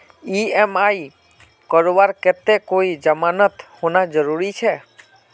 EMI करवार केते कोई जमानत होना जरूरी छे?